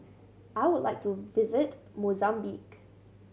I would like to visit Mozambique